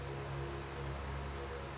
ಶಿಕ್ಷಣಕ್ಕ ಸಾಲ ಯಾರಿಗೆ ಕೊಡ್ತೇರಿ?